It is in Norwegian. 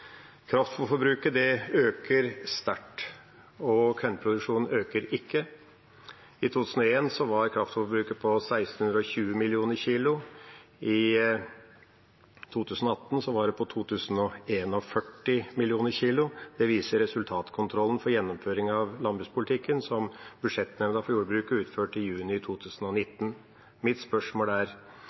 jordbruksmat. Kraftfôrforbruket øker sterkt, og kornproduksjonen øker ikke. I 2001 var kraftfôrforbruket på 1 630 mill. kg, i 2018 var det på 2 041 mill. kg. Det viser resultatkontrollen for gjennomføring av landbrukspolitikken som budsjettnemnda for jordbruket utførte i juni 2019. Mitt spørsmål er: